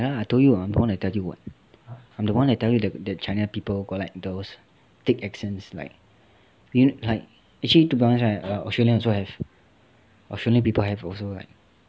ya I told you [what] I'm the [one] that tell you [what] I'm the one that tell you that that china people got like those thick accents like we like actually to be honest right australian also have australian people have also like